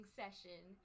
session